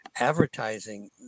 advertising